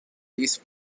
these